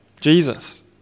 Jesus